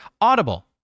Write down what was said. Audible